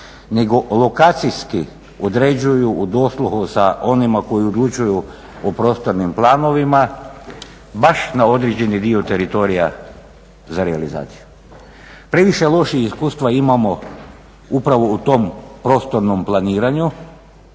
nego lokacijski određuju u dosluhu sa onima koji odlučuju o prostornim planovima baš na određeni dio teritorija za realizaciju. Previše loša iskustva imamo upravo u tom prostornom planiranju